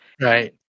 Right